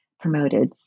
promoted